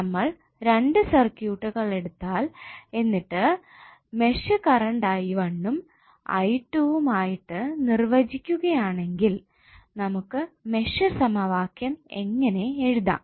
നമ്മൾ രണ്ടു സർക്യൂട്ടുകൾ എടുത്താൽ എന്നിട്ട് മെഷ് കറണ്ട് ഉം ഉം ആയിട്ട് നിർവചിക്കുകയാണെങ്കിൽ നമുക്ക് മെഷ് സമവാക്യം എങ്ങനെ എഴുതാം